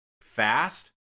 fast